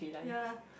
ya